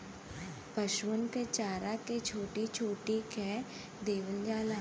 पसुअन क चारा के छोट्टी छोट्टी कै देवल जाला